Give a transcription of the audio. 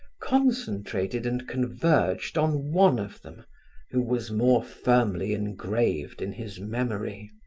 concentrated and converged on one of them who was more firmly engraved in his memory.